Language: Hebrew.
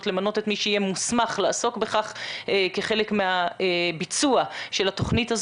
למנות את מי שיהיה מוסמך לעסוק בכך כחלק מהביצוע של התוכנית.